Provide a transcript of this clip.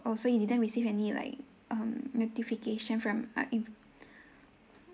so you didn't receive any like um notification from ah it